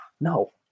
No